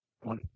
one